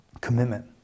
commitment